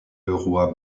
leroy